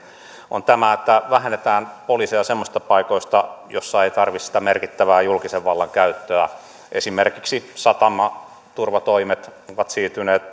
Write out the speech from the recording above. on tämä että vähennetään poliiseja semmoisista paikoista joissa ei tarvita sitä merkittävää julkisen vallan käyttöä esimerkiksi satamaturvatoimet ovat siirtyneet